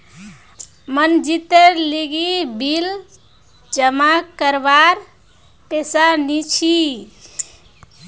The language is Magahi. मनजीतेर लीगी बिल जमा करवार पैसा नि छी